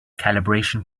calibration